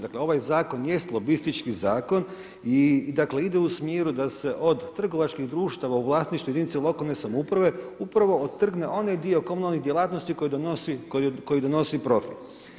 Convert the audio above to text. Dakle, ovaj zakon jest lobistički zakon i dakle ide u smjeru da se od trgovačkih društava u vlasništvu jedinice lokalne samouprave upravo otrgne onaj dio komunalnih djelatnosti koji donosi profit.